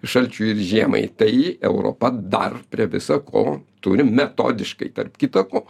šalčiui ir žiemai tai europa dar prie visa ko turi metodiškai tarp kita ko